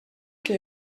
que